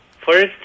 First